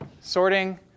sorting